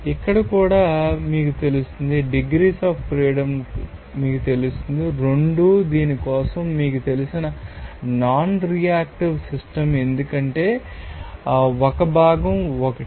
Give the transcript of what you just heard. ఇక్కడ కూడా మీకు తెలుస్తుంది డిగ్రీస్ అఫ్ ఫ్రీడమ్ మీకు తెలుస్తుంది 2 దీని కోసం మీకు తెలుసు నాన్ రియాక్టివ్ సిస్టమ్ ఎందుకంటే వయస్సు 1 భాగం 1